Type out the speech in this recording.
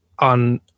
on